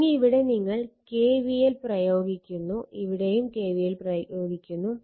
ഇനി ഇവിടെ നിങ്ങൾ kvl പ്രയോഗിക്കുന്നു ഇവിടെയും kvl പ്രയോഗിക്കുന്നു